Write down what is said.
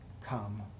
come